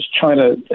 China